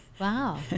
wow